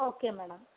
okay madam